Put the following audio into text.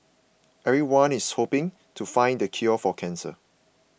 everyone is hoping to find the cure for cancer